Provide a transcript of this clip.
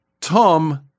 Tom